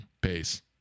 Peace